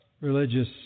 religious